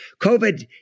COVID